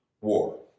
war